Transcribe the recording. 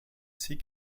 sea